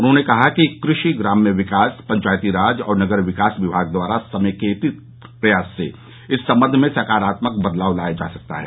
उन्होंने कहा कि कृषि ग्राम्य विकास पंचायती राज और नगर विकास विभाग द्वारा समेकित प्रयास से इस संबंध में सकारात्मक बदलाव लाया जा सकता है